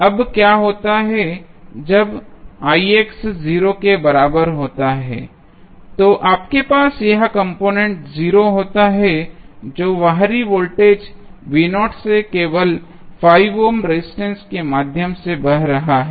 अब क्या होता है जब 0 के बराबर होता है तो आपके पास यह कॉम्पोनेन्ट 0 होता है जो बाहरी वोल्टेज से केवल 5 ओम रेजिस्टेंस के माध्यम से बह रहा है